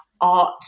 art